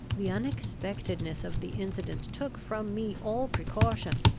the unexpectedness of the incident took from me all precaution,